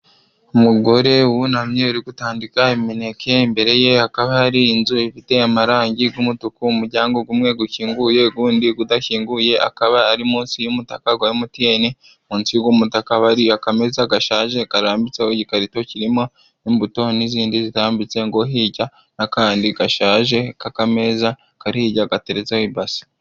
Umugore wunamye uri gutandika imineke imbere ye hakaba hari inzu ifite amarangi y'umutuku umuryango umwe ukinguye undi udakinguye. Akaba ari munsi y'umutaka wa emutiyeni munsi yuwo mutaka hakaba hari aka meza gashaje karambitseho igikarito kirimo imbuto n'izindi zitambitse ngo hirya n'akandi gashaje kaka meza karirya gaterezaho ibase.